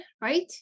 right